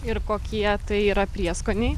ir kokie tai yra prieskoniai